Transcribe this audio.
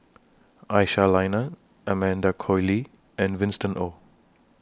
Aisyah Lyana Amanda Koe Lee and Winston Oh